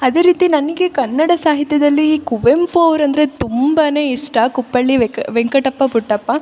ಅದೇ ರೀತಿ ನನಗೆ ಕನ್ನಡ ಸಾಹಿತ್ಯದಲ್ಲಿ ಕುವೆಂಪು ಅವ್ರಂದರೆ ತುಂಬಾ ಇಷ್ಟ ಕುಪ್ಪಳ್ಳಿ ವೆಕ ವೆಂಕಟಪ್ಪ ಪುಟ್ಟಪ್ಪ